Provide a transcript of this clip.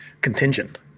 contingent